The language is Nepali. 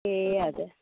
ए हजुर